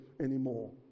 anymore